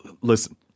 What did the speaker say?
listen